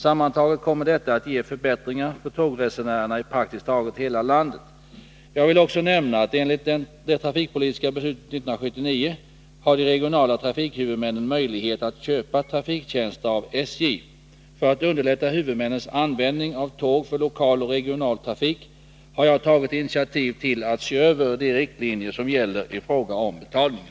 Sammantaget kommer detta att ge förbättringar för tågresenärerna i praktiskt taget hela landet. Jag vill också nämna att enligt det trafikpolitiska beslutet 1979 har de regionala trafikhuvudmännen möjlighet att köpa trafiktjänster av SJ. För att underlätta huvudmännens användning av tåg för lokal och regional trafik har jag tagit initiativ till att se över de riktlinjer som gäller i fråga om betalningen.